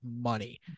money